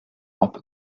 mob